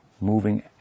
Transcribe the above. Moving